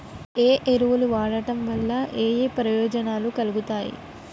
ఏ ఎరువులు వాడటం వల్ల ఏయే ప్రయోజనాలు కలుగుతయి?